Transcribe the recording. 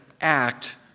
act